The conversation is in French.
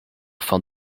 fin